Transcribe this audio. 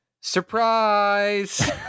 Surprise